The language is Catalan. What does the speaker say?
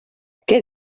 què